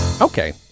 Okay